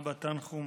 אבא תנחום,